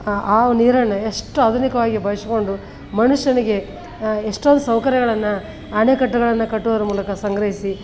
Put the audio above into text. ಆವ್ ನೀರನ್ನು ಎಷ್ಟು ಆಧುನಿಕವಾಗಿ ಬಳಸ್ಕೊಂಡು ಮನುಷ್ಯನಿಗೆ ಎಷ್ಟೊಂದು ಸೌಕರ್ಯಗಳನ್ನು ಅಣೆಕಟ್ಟುಗಳನ್ನು ಕಟ್ಟೋದ್ರ ಮೂಲಕ ಸಂಗ್ರಹಿಸಿ